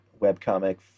webcomic